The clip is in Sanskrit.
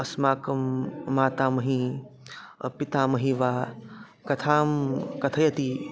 अस्माकं मातामही पितामही वा कथां कथयति